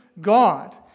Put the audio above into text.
God